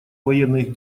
военных